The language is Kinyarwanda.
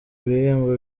bihembo